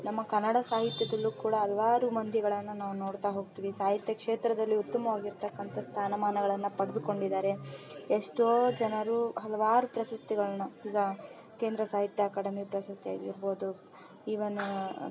ನಮ್ಮ ಕನ್ನಡ ಸಾಹಿತ್ಯದಲ್ಲು ಕೂಡ ಹಲವಾರು ಮಂದಿಗಳನ್ನು ನಾವು ನೋಡುತ್ತಾ ಹೋಗ್ತೀವಿ ಸಾಹಿತ್ಯ ಕ್ಷೇತ್ರದಲ್ಲಿ ಉತ್ತಮವಾಗಿರ್ತಕ್ಕಂಥ ಸ್ಥಾನಮಾನಗಳನ್ನು ಪಡ್ದುಕೊಂಡಿದ್ದಾರೆ ಎಷ್ಟೋ ಜನರು ಹಲ್ವಾರು ಪ್ರಶಸ್ತಿಗಳನ್ನು ಈಗ ಕೇಂದ್ರ ಸಾಹಿತ್ಯ ಅಕಾಡಮಿ ಪ್ರಶಸ್ತಿ ಆಗಿರ್ಬೋದು ಇವನ್